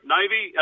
Navy